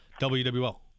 WWL